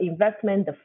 investment